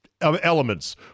elements